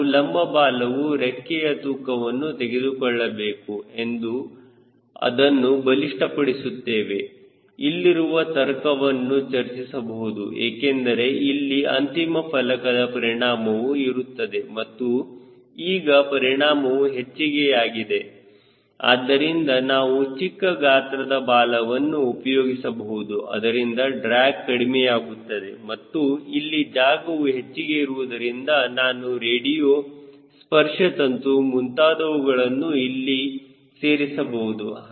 ನಾವು ಲಂಬ ಬಾಲವು ರೆಕ್ಕೆಯ ತೂಕವನ್ನು ತೆಗೆದುಕೊಳ್ಳಬೇಕು ಎಂದು ಅದನ್ನು ಬಲಿಷ್ಠಪಡಿಸುತ್ತೇವೆ ಇಲ್ಲಿರುವ ತರ್ಕವನ್ನು ಚರ್ಚಿಸಬಹುದು ಏಕೆಂದರೆ ಇಲ್ಲಿ ಅಂತಿಮ ಫಲಕದ ಪರಿಣಾಮವು ಇರುತ್ತದೆ ಮತ್ತು ಈಗ ಪರಿಣಾಮವು ಹೆಚ್ಚಿಗೆಯಾಗಿದೆ ಆದ್ದರಿಂದ ನಾವು ಚಿಕ್ಕ ಗಾತ್ರದ ಬಾಲವನ್ನು ಉಪಯೋಗಿಸಬಹುದು ಇದರಿಂದ ಡ್ರ್ಯಾಗ್ ಕಡಿಮೆಯಾಗುತ್ತದೆ ಮತ್ತು ಇಲ್ಲಿ ಜಾಗವು ಹೆಚ್ಚಿಗೆ ಇರುವುದರಿಂದ ನಾನು ರೇಡಿಯೋ ಸ್ಪರ್ಶತಂತು ಮುಂತಾದವುಗಳನ್ನು ಇಲ್ಲಿ ಸೇರಿಸಬಹುದು